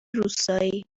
روستایی